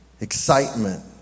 excitement